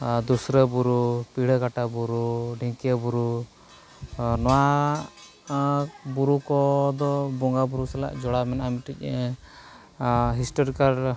ᱟᱨ ᱫᱩᱥᱨᱟᱹ ᱵᱩᱨᱩ ᱯᱤᱲᱟᱹ ᱠᱟᱴᱟ ᱵᱩᱨᱩ ᱰᱷᱤᱝᱠᱤᱭᱟᱹ ᱵᱩᱨᱩ ᱟᱨ ᱱᱚᱣᱟ ᱵᱩᱨᱩ ᱠᱚᱫᱚ ᱵᱚᱸᱜᱟ ᱵᱩᱨᱩ ᱥᱟᱞᱟᱜ ᱡᱚᱲᱟᱣ ᱢᱮᱱᱟᱜᱼᱟ ᱢᱤᱫᱴᱤᱡ ᱦᱤᱥᱴᱳᱨᱤᱠᱮᱞ